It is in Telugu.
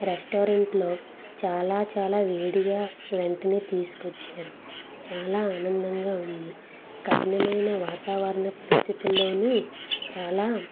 రెస్టారెంట్లో చాలా చాలా వేడిగా వెంటనే తీసుకొచ్చారు చాలా ఆనందంగా ఉంది కఠినమైన వాతావరణ పరిస్థితిల్లోనూ చాలా